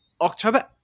October